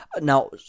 Now